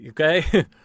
Okay